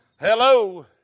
Hello